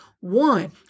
One